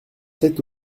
sept